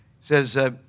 Says